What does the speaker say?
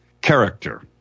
character